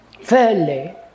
fairly